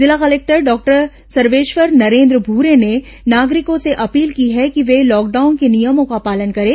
जिला collector doctor Sarveshwar Narendra Bhure ने नागरिकों से अपील की है कि वे लॉकडाउन के नियमों का पालन करें